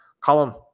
Column